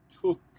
took